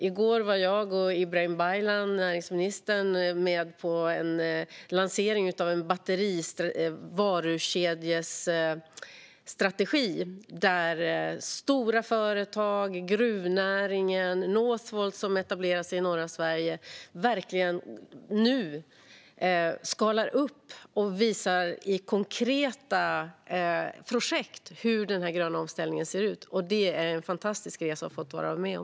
I går var jag och näringsminister Ibrahim Baylan med på en lansering av en varukedjestrategi för batterier där stora företag, gruvnäringen, Northvolt, som etablerats i norra Sverige, skalar upp och visar i konkreta projekt hur den gröna omställningen ser ut. Det är en fantastisk resa att få ha varit med om.